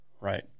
right